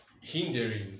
hindering